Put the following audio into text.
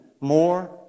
more